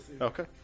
Okay